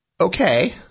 Okay